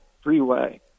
freeway